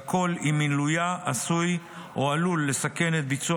והכול אם מילויה עשוי או עלול לסכן את ביצוע